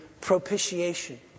propitiation